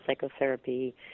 psychotherapy